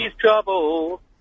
trouble